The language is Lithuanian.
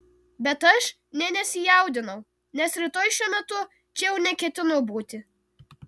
bet aš nė nesijaudinu nes rytoj šiuo metu čia jau neketinu būti